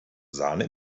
sahne